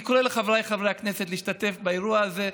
אני קורא לחבריי חברי הכנסת להשתתף באירוע הזה.